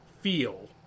feel